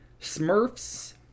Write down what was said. Smurfs